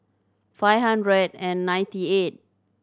five hundred and ninety eighth